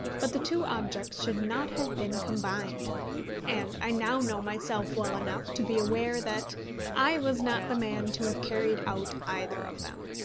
but the two objects should not have been combined and i now know myself well enough to be aware that i was not the man to have carried out either of them.